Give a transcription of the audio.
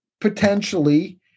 potentially